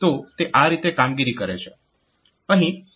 તો તે આ રીતે કામગીરી કરે છે